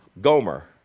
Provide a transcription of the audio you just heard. Gomer